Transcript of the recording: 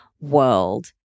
world